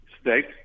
Steak